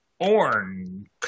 orange